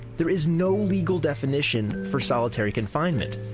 there is no legal definition for solitary confinement.